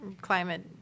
climate